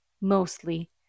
mostly